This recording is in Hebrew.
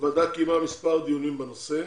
הוועדה קיימה מספר דיונים בנושא.